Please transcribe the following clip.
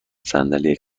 صندلی